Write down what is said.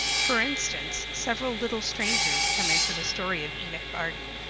for instance, several little strangers come into the story of enoch arden.